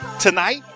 tonight